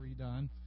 redone